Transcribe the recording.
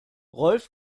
rolf